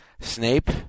Snape